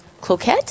Cloquet